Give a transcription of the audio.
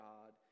God